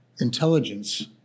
intelligence